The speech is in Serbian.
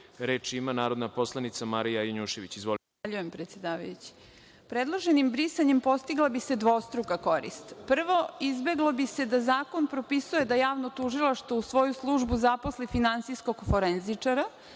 ima narodna poslanica Marija Janjušević. **Marija Janjušević** Zahvaljujem predsedavajući. Predloženim brisanjem postigla bi se dvostruka korist. Prvo, izbeglo bi se da zakon propisuje da javno tužilaštvo u svoju službu zaposli finansijskog forenzičara,